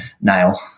nail